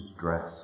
dress